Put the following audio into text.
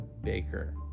Baker